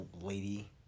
lady